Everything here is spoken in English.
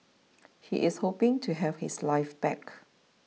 he is hoping to have his life back